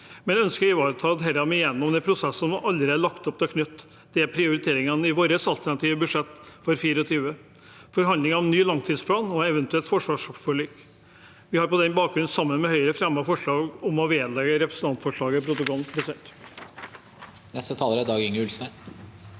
men ønsker å ivareta dette gjennom de prosessene som det allerede er lagt opp til, med å knytte det til prioriteringene i vårt alternative budsjett for 2024, forhandlinger om ny langtidsplan og et eventuelt forsvarsforlik. Vi har på den bakgrunn, sammen med Høyre, fremmet forslag om å vedlegge representantforslaget protokollen. Dag-Inge Ulstein